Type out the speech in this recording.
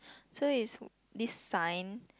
so is this sign